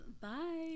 Bye